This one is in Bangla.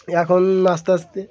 এখন আস্তে আস্তে